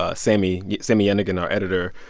ah sami sami yenigun, our editor,